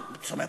זאת אומרת,